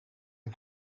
een